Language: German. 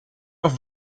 auf